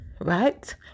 right